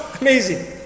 Amazing